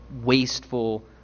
wasteful